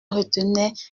retenait